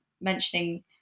mentioning